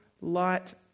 light